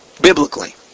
Biblically